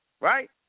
right